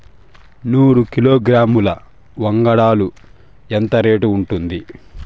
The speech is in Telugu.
నూరు కిలోగ్రాముల వంగడాలు ఎంత రేటు ఉంటుంది?